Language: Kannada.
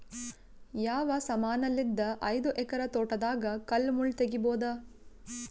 ಯಾವ ಸಮಾನಲಿದ್ದ ಐದು ಎಕರ ತೋಟದಾಗ ಕಲ್ ಮುಳ್ ತಗಿಬೊದ?